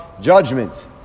judgment